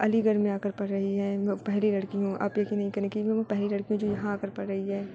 علی گڑھ میں آ کر پڑھ رہی ہے میں وہ پہلی لڑکی ہوں آپ یقین نہیں کریں گے وہ میں پہلی لڑکی ہوں جو یہاں آ کر پڑھ رہی ہے